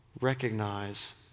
recognize